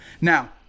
now